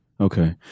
Okay